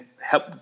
help